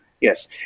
Yes